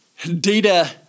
Data